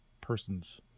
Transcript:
persons